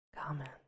comment